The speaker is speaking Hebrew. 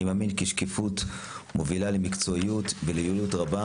אני מאמין כי שקיפות מובילה למקצועיות וליעילות רבה